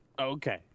Okay